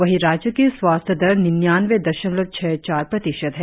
वही राज्य की स्वास्थ दर निन्यानवे दशमलव छह चार प्रतिशत है